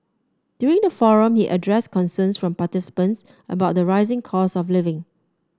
during the forum he addressed concerns from participants about the rising cost of living